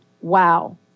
wow